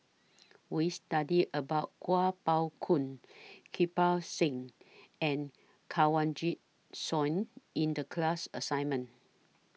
We studied about Kuo Pao Kun Kirpal Singh and Kanwaljit Soin in The class assignment